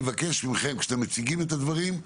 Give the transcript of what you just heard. אני מבקש מכם: כשאתם מציגים את הדברים,